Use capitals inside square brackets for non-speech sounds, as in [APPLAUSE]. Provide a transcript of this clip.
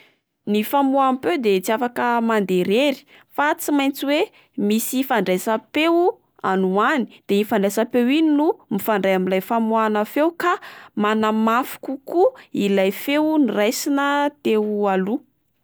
Ny famoaham-peo de tsy afaka mandeha irery fa tsy maintsy oe misy fandraisa-peo any ho any, de iny fandraisa-peo iny no mifandray amin'ilay famoahana feo ka manamafy kokoa ilay feo noraisina [HESITATION] teo aloha.